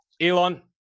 elon